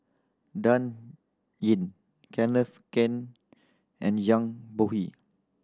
Dan Ying Kenneth Keng and Zhang Bohe